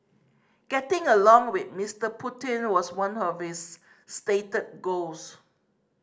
getting along with Mister Putin was one of his stated goals